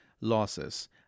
losses